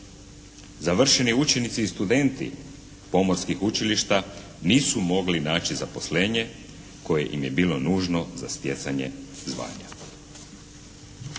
Završeni učenici i studenti pomorskih učilišta nisu mogli dati zaposlenje koje im je bilo nužno za stjecanje zvanja.